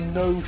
no